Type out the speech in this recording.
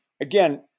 again